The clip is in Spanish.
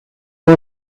por